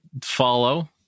follow